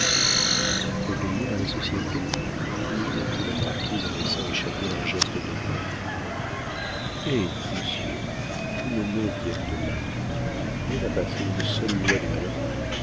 obéir à la société reprit la marquise en laissant échapper un geste d'horreur hé monsieur tous nos maux viennent de là dieu n'a pas fait une seule loi de malheur